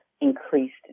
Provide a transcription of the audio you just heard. increased